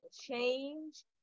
change